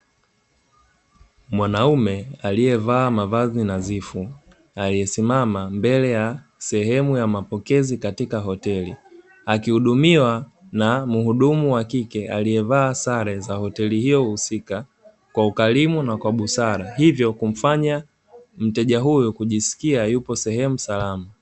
Mwanaume aliyevaa mavazi nazifu aliye simama mbele ya sehemu ya mapokezi katika hoteli akihudumiwa na muhudumu wa kike aliye vaa sare za hoteli hio husika kwa ukarimu na kwa busara hivyo kumfanya mteja huyo kujiskia yupo sehemu salama.